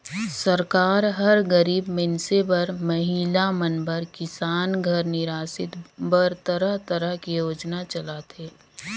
सरकार हर गरीब मइनसे बर, महिला मन बर, किसान घर निरासित बर तरह तरह के योजना चलाथे